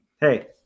hey